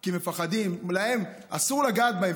כי מפחדים, אסור לגעת בהם.